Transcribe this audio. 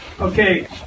okay